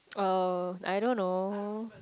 uh I don't know